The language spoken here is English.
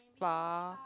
spa